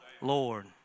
Lord